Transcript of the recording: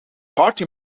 party